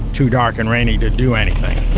too dark and rainy to do anything